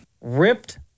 Ripped